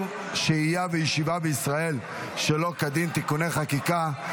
שהייה וישיבה בישראל שלא כדין (תיקוני חקיקה),